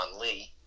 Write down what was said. Lee